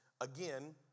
again